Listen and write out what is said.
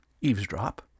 eavesdrop